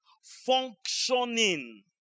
functioning